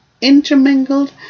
intermingled